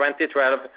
2012